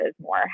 more